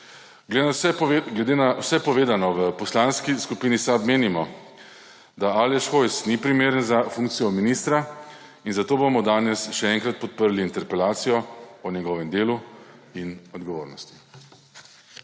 Glede na vse povedano v Poslanski skupini SAB menimo, da Aleš Hojs ni primeren za funkcijo ministra, in zato bomo danes še enkrat podprli interpelacijo o njegovem delu in odgovornosti.